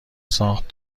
ساخت